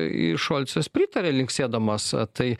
šolcas pritarė linksėdamas tai